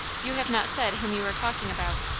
you have not said whom you are talking about,